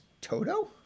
Toto